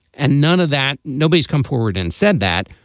and none of that. nobody's come forward and said that,